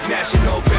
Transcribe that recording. National